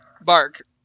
Bark